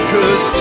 Cause